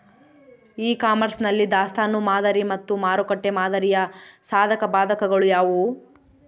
E commerce ನಲ್ಲಿ ದಾಸ್ತನು ಮಾದರಿ ಮತ್ತು ಮಾರುಕಟ್ಟೆ ಮಾದರಿಯ ಸಾಧಕಬಾಧಕಗಳು ಯಾವುವು?